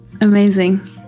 amazing